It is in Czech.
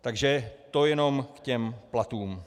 Takže to jenom k těm platům.